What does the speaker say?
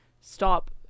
stop